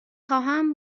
خواهم